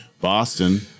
Boston